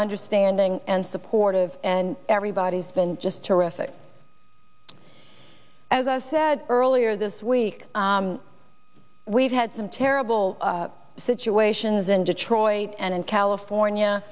understanding and supportive and everybody's been just terrific as i said earlier this week we've had some terrible situations in detroit and in california